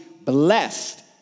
blessed